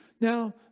Now